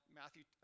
matthew